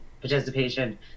participation